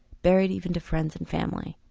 buried even to friends and family.